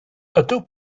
ydw